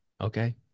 okay